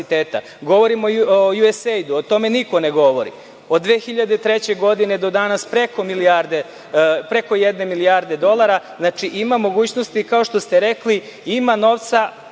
Govorim o USAID, o tome niko ne govori. Od 2003. godine do danas preko jedne milijarde dolara, znači ima mogućnosti, kao što ste rekli, ima novca,